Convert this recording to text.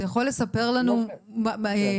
אנחנו לא יודעים מה העמותות עושות,